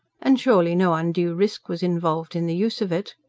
and surely no undue risk was involved in the use of it?